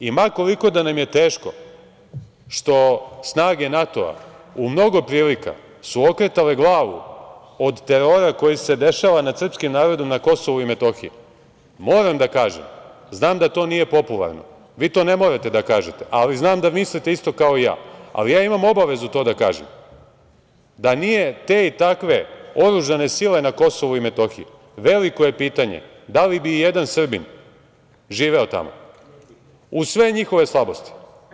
I ma koliko da nam je teško što snage NATO-a u mnogo prilika su okretale glavu od terora koji se dešava nad srpskim narodom na Kosovu i Metohiji, moram da kažem, znam da to nije popularno, vi to ne morate da kažete, ali znam da mislite isto kao ja, ali ja imamo obavezu to da kažem – da nije te i takve oružane sile na Kosovu i Metohiji, veliko je pitanje da li bi jedan Srbin živeo tamo, uz sve njihove slabosti.